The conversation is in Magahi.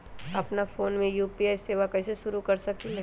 अपना फ़ोन मे यू.पी.आई सेवा कईसे शुरू कर सकीले?